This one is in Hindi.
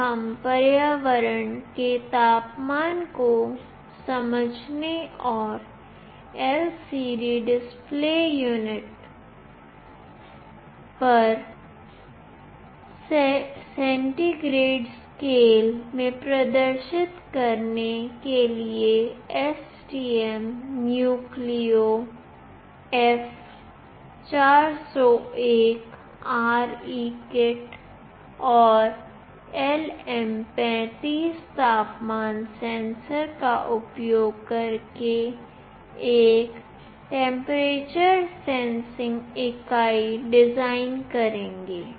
अब हम पर्यावरण के तापमान को समझने और LCD डिस्प्ले यूनिट पर सेंटीग्रेड स्केल में प्रदर्शित करने के लिए STM Nucleo F401RE किट और LM35 तापमान सेंसर का उपयोग करके एक टेंपरेचर सेंसिंग इकाई डिजाइन करेंगे